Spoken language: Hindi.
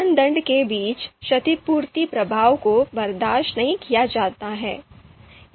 मानदंड के बीच क्षतिपूर्ति प्रभाव को बर्दाश्त नहीं किया जाना है